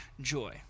joy